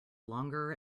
longer